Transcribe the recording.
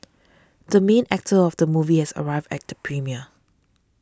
the main actor of the movie has arrived at premiere